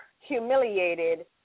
humiliated